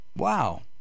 Wow